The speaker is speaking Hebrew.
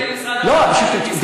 למשרד ראש הממשלה כסף,